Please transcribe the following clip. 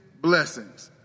blessings